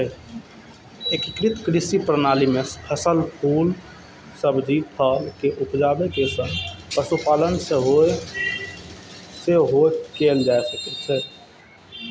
एकीकृत कृषि प्रणाली मे फसल, फूल, सब्जी, फल के उपजाबै के संग पशुपालन सेहो कैल जाइ छै